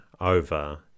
over